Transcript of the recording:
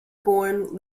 born